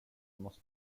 måste